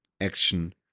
action